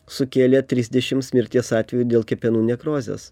sukėlė trisdešims mirties atvejų dėl kepenų nekrozės